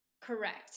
correct